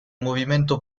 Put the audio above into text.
movimento